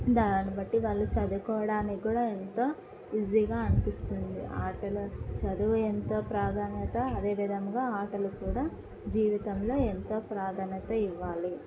దానిని బట్టి వాళ్ళు చదువుకోవడానికి కూడా ఎంతో ఈజీగా అనిపిస్తుంది ఆటలు చదువు ఎంతో ప్రాధాన్యత అదేవిధంగా ఆటలు కూడా జీవితంలో ఎంతో ప్రాధాన్యత ఇవ్వాలి